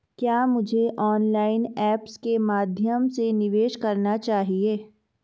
क्या मुझे online apps के माध्यम से निवेश करना चाहिए?